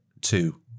Two